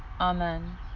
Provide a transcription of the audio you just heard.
Amen